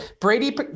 Brady